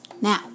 Now